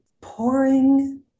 pouring